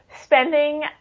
spending